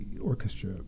orchestra